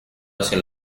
hacia